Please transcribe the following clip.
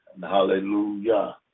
hallelujah